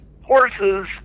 horses